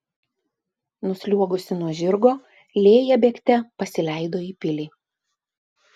nusliuogusi nuo žirgo lėja bėgte pasileido į pilį